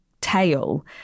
tail